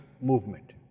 movement